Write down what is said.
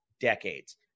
decades